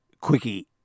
quickie